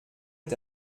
est